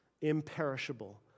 imperishable